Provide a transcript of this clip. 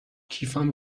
کیفم